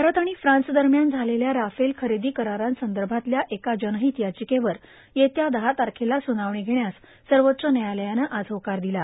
भारत र्आण फ्रान्सदरम्यान झालेल्या राफेल खरेदां करारासंदभातल्या एका जर्नाहतर्यााचकेवर येत्या दहा तारखेला सुनावणी घेण्यास सर्वाच्च न्यायालयानं आज होकार र्दला